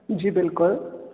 جی بِلکُل